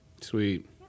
Sweet